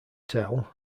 tell